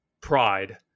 pride